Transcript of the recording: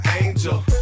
angel